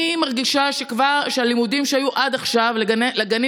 אני מרגישה שהלימודים שהיו עד עכשיו לגנים